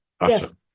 Awesome